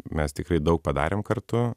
mes tikrai daug padarėm kartu